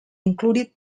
included